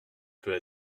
peut